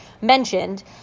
mentioned